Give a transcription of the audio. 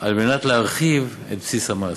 על מנת להרחיב את בסיס המס,